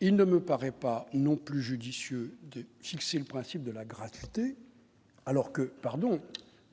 il ne me paraît pas non plus judicieux de fixer le principe de la gratuité alors que pardon,